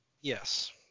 Yes